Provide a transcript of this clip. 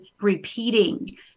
repeating